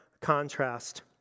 contrast